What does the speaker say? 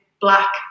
black